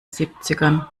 siebzigern